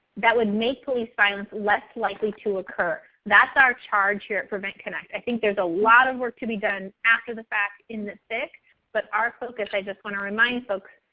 that would make police violence less likely to occur? that's our charge here at prevent connect. i think there's a lot of work to be done after the fact, in the thick, but our focus, i just want to remind folks,